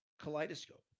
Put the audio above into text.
kaleidoscope